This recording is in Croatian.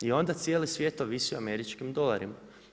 I onda cijeli svijet ovisi o američkim dolarima.